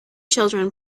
children